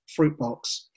Fruitbox